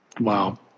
Wow